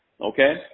okay